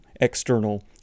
external